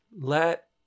let